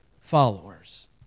followers